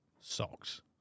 Socks